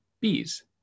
bees